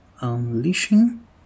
Unleashing